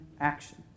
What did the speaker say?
action